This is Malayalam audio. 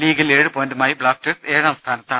ലീഗിൽ ഏഴുപോയിന്റുമായി ബ്ലാസ്റ്റേഴ്സ് ഏഴാംസ്ഥാനത്താണ്